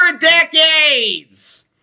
decades